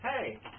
hey